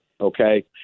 okay